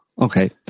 Okay